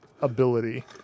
ability